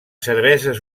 cerveses